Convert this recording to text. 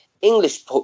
English